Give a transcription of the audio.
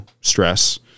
stress